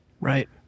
Right